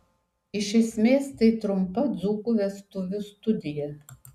iš esmės tai trumpa dzūkų vestuvių studija